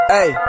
Hey